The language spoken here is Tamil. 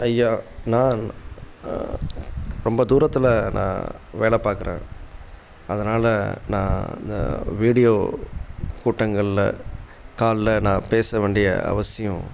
ஐயா நான் ரொம்ப தூரத்தில் நான் வேலை பார்க்கறேன் அதனால் நான் அந்த வீடியோ கூட்டங்களில் காலில் நான் பேச வேண்டிய அவசியம்